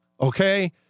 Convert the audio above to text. okay